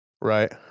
Right